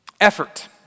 effort